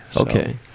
Okay